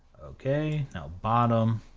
okay, now bottom,